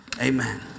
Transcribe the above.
Amen